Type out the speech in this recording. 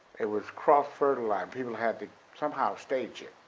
it was cross-fertilized, people had to somehow stage it